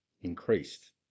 increased